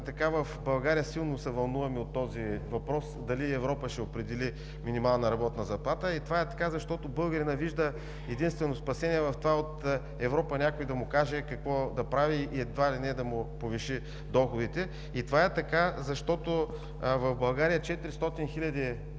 в България силно се вълнуваме от този въпрос – дали Европа ще определи минимална работна заплата. Това е така, защото българинът вижда единствено спасение в това – от Европа някой да му каже какво да прави и едва ли не да му повиши доходите. Това е така, защото в България 400